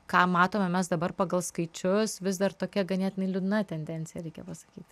ką matome mes dabar pagal skaičius vis dar tokia ganėtinai liūdna tendencija reikia pasakyt